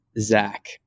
Zach